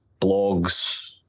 blogs